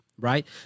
Right